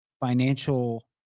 financial